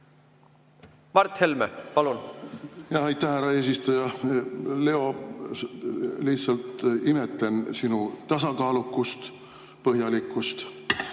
Mart Helme, palun! Aitäh, härra eesistuja! Leo, lihtsalt imetlen sinu tasakaalukust ja põhjalikkust.